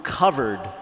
covered